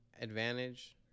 advantage